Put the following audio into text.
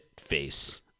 face